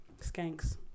Skanks